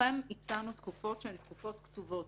לכן הצענו תקופות שהן תקופות קצובות.